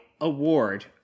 award